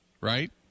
right